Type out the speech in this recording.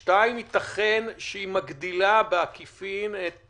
השנייה, ייתכן והיא מגדילה בעקיפין את